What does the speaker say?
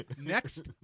Next